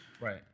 Right